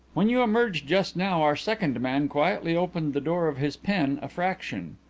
when you emerged just now our second man quietly opened the door of his pen a fraction.